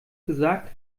gesagt